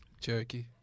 Cherokee